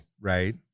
Right